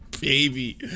baby